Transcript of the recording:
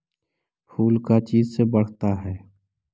फूल का चीज से बढ़ता है?